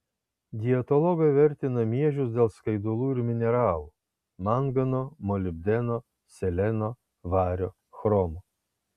dietologai vertina miežius dėl skaidulų ir mineralų mangano molibdeno seleno vario chromo